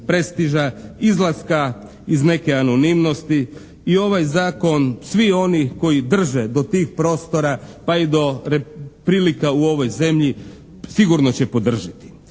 prestiža, izlaska iz neke anonimnosti i ovaj zakon, svi oni koji drže do tih prostora pa i do prilika u ovoj zemlji, sigurno će podržati.